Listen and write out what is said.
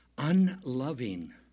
unloving